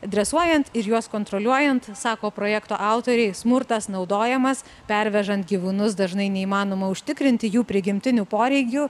dresuojant ir juos kontroliuojant sako projekto autoriai smurtas naudojamas pervežant gyvūnus dažnai neįmanoma užtikrinti jų prigimtinių poreikių